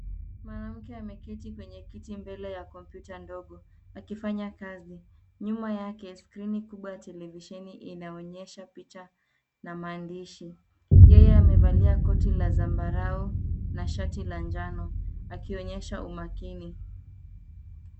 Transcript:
Mwanamke ameketi kwenye kiti mbele ya kompyuta ndogo, akifanya kazi. Nyuma yake, skrini kubwa televisheni inaonyesha picha na maandishi. Yeye amevalia koti la zambarau, na shati la njano. Akionyesha umakini.